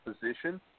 position